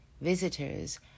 visitors